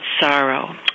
sorrow